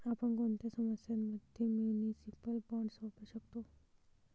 आपण कोणत्या समस्यां मध्ये म्युनिसिपल बॉण्ड्स वापरू शकतो?